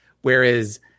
Whereas